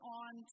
on